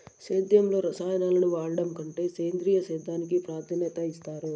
సేద్యంలో రసాయనాలను వాడడం కంటే సేంద్రియ సేద్యానికి ప్రాధాన్యత ఇస్తారు